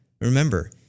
Remember